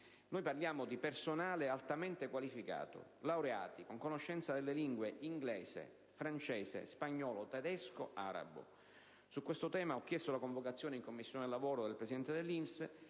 Parliamo di personale altamente qualificato, laureati con conoscenza delle lingue inglese, francese, spagnolo, tedesco ed arabo. Su questo tema ho chiesto la convocazione presso la Commissione lavoro del presidente dell'INPS